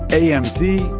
amc.